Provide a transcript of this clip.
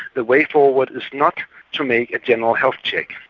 the way forward is not to make general health check,